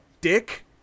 Dick